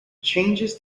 changes